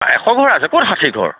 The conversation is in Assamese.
এশ ঘৰ আছে ক'ত ষাঠি ঘৰ